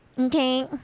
Okay